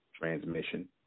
transmission